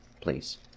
please